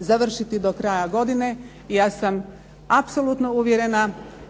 završiti do kraja godine i ja sam apsolutno uvjerena